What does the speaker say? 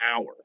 hour